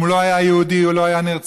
אם הוא לא היה יהודי הוא לא היה נרצח.